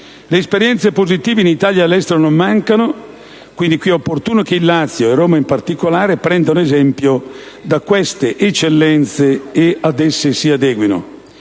Le esperienze positive in Italia e all'estero non mancano: è quindi opportuno che il Lazio e Roma in particolare prendano esempio da queste eccellenze e ad esse si adeguino.